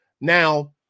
Now